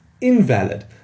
invalid